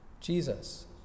Jesus